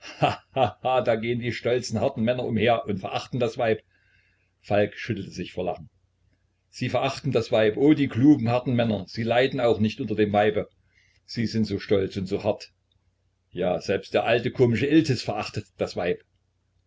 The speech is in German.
da gehen die stolzen harten männer umher und verachten das weib falk schüttelte sich vor lachen sie verachten das weib oh die klugen harten männer sie leiden auch nicht unter dem weibe sie sind so stolz und so hart ja selbst der alte komische iltis verachtet das weib